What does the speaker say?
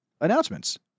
Announcements